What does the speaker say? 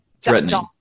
Threatening